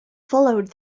followed